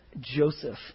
Joseph